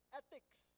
ethics